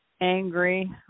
angry